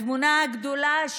התמונה הגדולה,